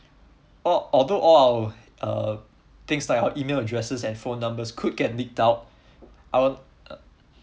al~ although all our uh things like our email addresses and phone numbers could get leaked out our uh